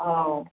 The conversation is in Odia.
ହଉ